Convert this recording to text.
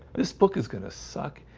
this book is gonna suck